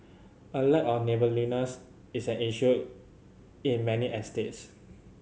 a lack of neighbourliness is an issue in many estates